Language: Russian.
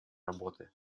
работы